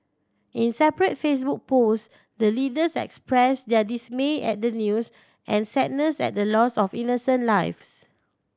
in separate Facebook posts the leaders expressed their dismay at the news and sadness at the loss of innocent lives